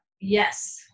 yes